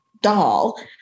doll